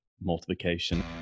multiplication